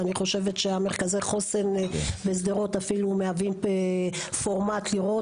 ואני חושבת שמרכזי החוסן בשדרות אפילו מהווים פורמט לראות.